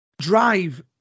drive